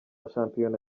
shampiyona